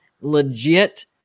legit